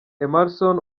emmerson